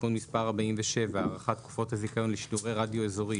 (תיקון מס' 47) (הארכת תקופות הזיכיון לשידורי רדיו אזורי),